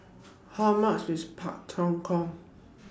How much IS Pak Thong Ko